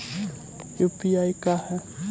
UPI का है?